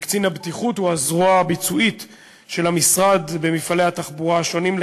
וקצין הבטיחות הוא הזרוע הביצועית של המשרד במפעלי התחבורה השונים,